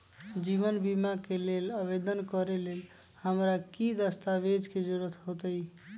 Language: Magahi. जीवन बीमा के लेल आवेदन करे लेल हमरा की की दस्तावेज के जरूरत होतई?